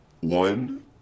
one